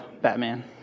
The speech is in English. Batman